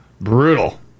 Brutal